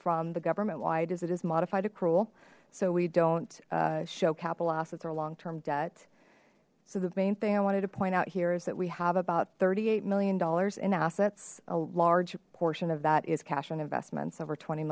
from the government wide is it is modified accrual so we don't show capital assets or long term debt so the main thing i wanted to point out here is that we have about thirty eight million dollars in assets a large portion of that is cash on investments over twenty